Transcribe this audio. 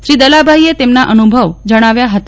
શ્રી દલાભાઈએ તેમનો અનુભવ જજ્ઞાવ્યા હતા